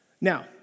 Now